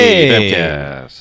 Hey